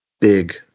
big